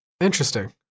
interesting